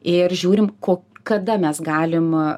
ir žiūrim ko kada mes galim